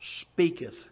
speaketh